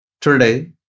Today